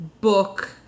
Book